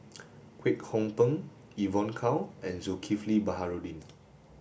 Kwek Hong Png Evon Kow and Zulkifli Baharudin